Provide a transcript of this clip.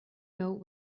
note